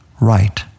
right